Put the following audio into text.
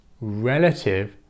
relative